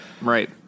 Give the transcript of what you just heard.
Right